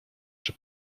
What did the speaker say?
czy